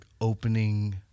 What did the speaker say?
opening